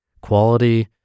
quality